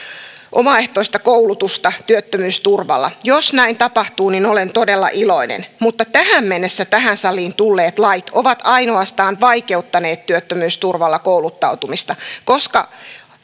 omaehtoista koulutusta työttömyysturvalla jos näin tapahtuu olen todella iloinen mutta tähän mennessä tähän saliin tulleet lait ovat ainoastaan vaikeuttaneet työttömyysturvalla kouluttautumista koska